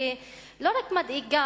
ולא רק מדאיגה,